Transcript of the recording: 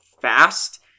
fast